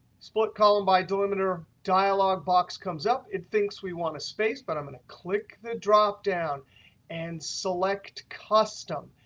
split column by delimiter dialogue box comes up. it thinks we want a space, but i'm going to click the dropdown and select custom.